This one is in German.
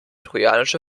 trojanische